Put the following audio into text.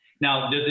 now